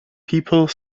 people